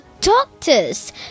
doctors